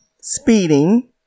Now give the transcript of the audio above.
speeding